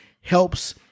helps